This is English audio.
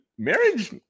Marriage